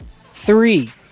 Three